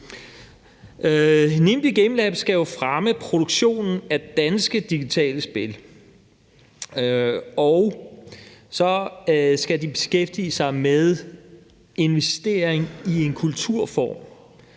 Nimbi Gamelab skal jo fremme produktionen af danske digitale spil, og så skal de beskæftige sig med investering i en kulturform.